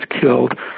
killed